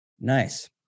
nice